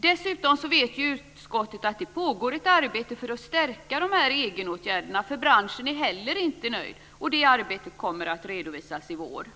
Utskottet vet att det pågår ett arbete för att stärka egenåtgärderna. Branschen är inte heller nöjd. Det arbetet kommer att redovisas i vår.